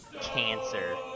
cancer